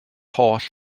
holl